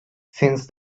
since